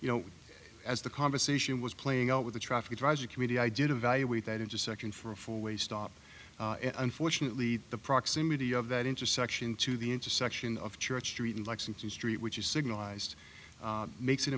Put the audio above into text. you know as the conversation was playing out with the traffic advisory committee idea to valuate that intersection for a four way stop unfortunately the proximity of that intersection to the intersection of church street and lexington street which is signalized makes it